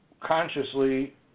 consciously